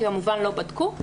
כי כמובן לא בדקו,